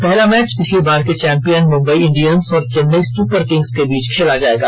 पहला मैच पिछली बार के चैम्पियन मुंबई इंडियंस और चेन्नई सुपर किंग्स के बीच खेला जाएगा